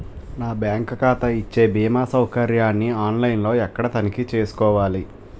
నా బ్యాంకు ఖాతా ఇచ్చే భీమా సౌకర్యాన్ని ఆన్ లైన్ లో ఎక్కడ తనిఖీ చేసుకోవాలి?